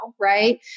right